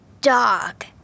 dog